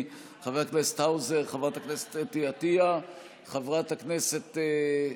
חבר הכנסת מלכיאלי, חבר הכנסת האוזר,